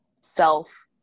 self